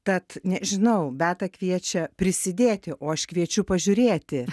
tad nežinau beata kviečia prisidėti o aš kviečiu pažiūrėti